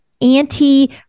Anti